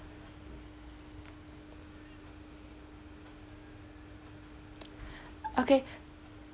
okay